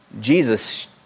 Jesus